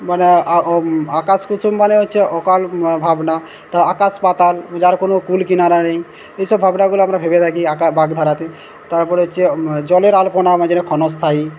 মানে আকাশকুসুম মানে হচ্ছে অকাল ভাবনা আকাশ পাতাল যার কোনও কুলকিনারা নেই এসব ভাবনাগুলো আমরা ভেবে থাকি আকা বাগধারাতে তারপরে হচ্ছে জলের আলপনা যেটা ক্ষণস্থায়ী